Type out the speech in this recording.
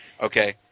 Okay